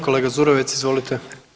Kolega Zurovec, izvolite.